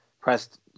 pressed